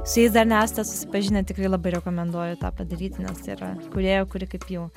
su jais dar nesate susipažinę tikrai labai rekomenduoju tą padaryti nes tai yra kūrėja kuri kaip jau